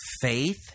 faith